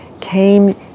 came